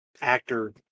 actor